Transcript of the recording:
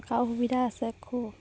থকাও সুবিধা আছে খুব